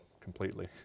completely